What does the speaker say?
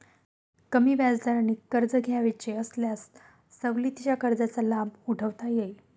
कमी व्याजदराने कर्ज घ्यावयाचे असल्यास सवलतीच्या कर्जाचा लाभ उठवता येईल